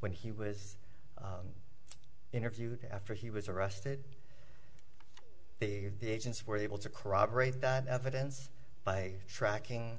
when he was interviewed after he was arrested the the agents were able to corroborate that evidence by tracking